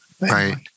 Right